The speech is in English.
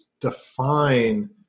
define